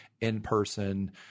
in-person